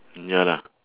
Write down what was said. mm ya lah